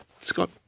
Scott